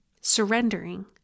surrendering